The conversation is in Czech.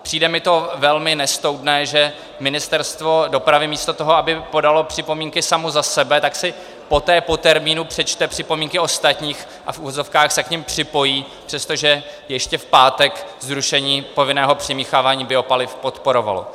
Přijde mi to velmi nestoudné, že Ministerstvo dopravy místo toho, aby podalo připomínky samo za sebe, tak si poté po termínu přečte připomínky ostatních a v uvozovkách se k nim připojí, přestože ještě v pátek zrušení povinného přimíchávání biopaliv podporovalo.